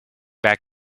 back